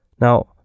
Now